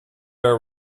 art